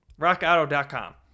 Rockauto.com